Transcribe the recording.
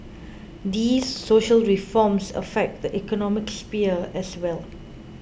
these social reforms affect the economic sphere as well